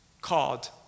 called